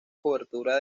cobertura